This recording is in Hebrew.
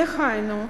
דהיינו,